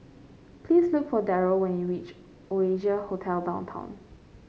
please look for Darryle when you reach Oasia Hotel Downtown